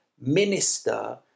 minister